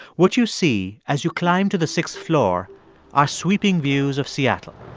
what you see as you climb to the sixth floor are sweeping views of seattle